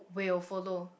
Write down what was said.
will follow